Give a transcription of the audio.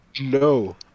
No